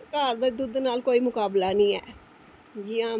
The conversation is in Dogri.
ते घर दे दुद्ध नाल कोई मुकाबला निं ऐ जियां